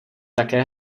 také